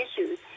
issues